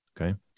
okay